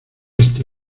este